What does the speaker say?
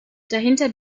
dahinter